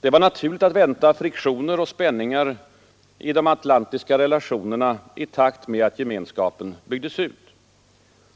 Det var naturligt att vänta friktioner och spänningar i de atlantiska relationerna i takt med att gemenskapen byggdes ut.